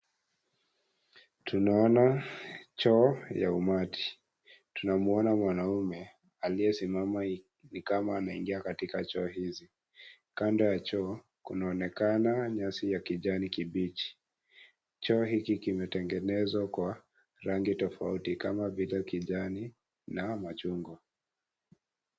Tunaona choo ya umati. Tunamuona mwanaume, aliyesimama ni kama anaingia katika choo hizi. Kando ya choo, kunaonekana nyasi ya kijani kibichi. Choo hiki kimetengenezwa kwa rangi tofauti, kama vile kijani, na, machungwa.